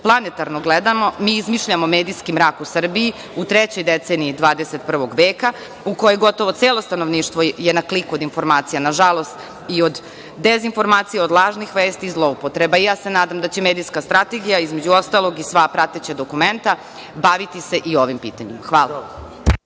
planetarno gledano, mi izmišljamo medijski mrak u Srbiji u trećoj deceniji 21. veka u kojem je gotovo celo stanovništvo na kliku od informacija. Nažalost, i od dezinformacija, lažnih vesti i zloupotreba. Nadam se da će medijska strategija, između ostalog, i sva prateća dokumenta baviti se i ovim pitanjem. Hvala.